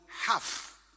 half